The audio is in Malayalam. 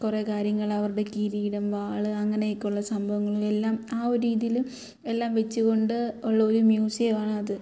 കുറെ കാര്യങ്ങൾ അവരുടെ കിരീടം വാൾ അങ്ങനെയൊക്കെ ഉള്ള സംഭവങ്ങളും എല്ലാം ആ ഒരു രീതിയിൽ എല്ലാം വെച്ച് കൊണ്ട് ഉള്ള ഒരു മ്യൂസിയമാണത്